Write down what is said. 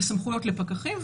וסמכויות לפקחים,